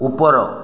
ଉପର